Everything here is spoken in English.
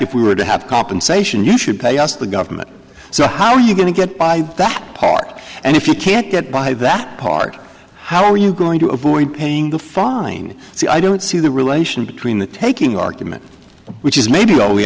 if we were to have compensation you should pay us the government so how are you going to get by that part and if you can't get by that part how are you going to avoid paying the fine so i don't see the relation between the taking argument which is maybe all we